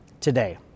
today